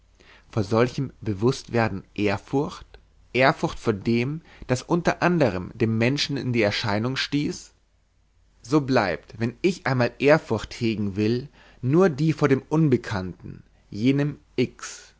vor solchem bewußtwerden ehrfurcht ehrfurcht vor dem das unter anderm den menschen in die erscheinung stieß so bleibt wenn ich einmal ehrfurcht hegen will nur die vor dem unbekannten jenem x